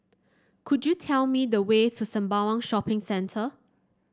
could you tell me the way to Sembawang Shopping Centre